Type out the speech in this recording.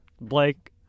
Blake